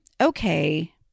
okay